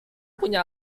punya